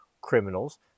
criminals